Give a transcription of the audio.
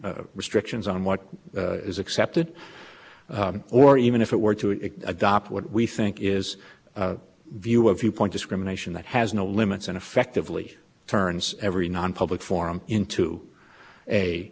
based restrictions on what is accepted or even if it were to adopt what we think is a view of viewpoint discrimination that has no limits and effectively turns every nonpublic forum into a